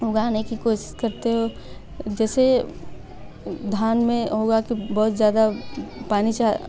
उगाने की कोशिश करते हो जैसे धान में हुआ की बहुत ज़्यादा पानी चा